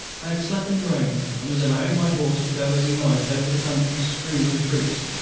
i had slackened rein, and was allowing my horse to go as he liked over the country strewn with troops.